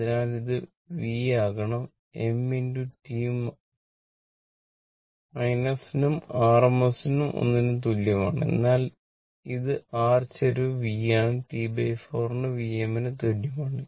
അതിനാൽ ഇത് v ആകണം m T നും rm ഒന്നിനും തുല്യമാണ് എന്നാൽ ഇത് r ചരിവ് v ആണ് T4 ന് Vm ന് തുല്യമാണ്